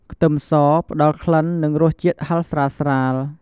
ខ្ទឹមស ផ្តល់ក្លិន និងរសជាតិហឹរស្រាលៗ។